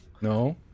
no